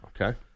Okay